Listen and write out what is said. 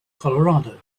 colorado